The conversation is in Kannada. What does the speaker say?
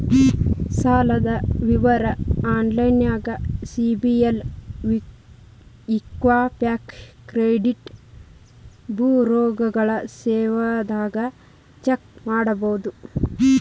ಸಾಲದ್ ವಿವರ ಆನ್ಲೈನ್ಯಾಗ ಸಿಬಿಲ್ ಇಕ್ವಿಫ್ಯಾಕ್ಸ್ ಕ್ರೆಡಿಟ್ ಬ್ಯುರೋಗಳ ಸೇವೆದಾಗ ಚೆಕ್ ಮಾಡಬೋದು